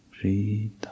breathe